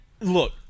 look